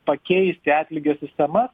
pakeisti atlygio sistemas